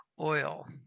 oil